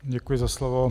Děkuji za slovo.